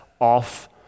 off